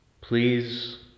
please